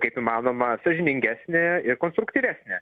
kaip įmanoma sąžiningesnę ir konstruktyvesnę